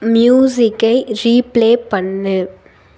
ம்யூசிக்கை replay பண்ணு